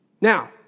Now